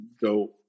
go